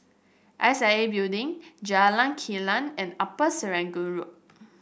S I A Building Jalan Kilang and Upper Serangoon Road